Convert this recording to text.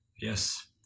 Yes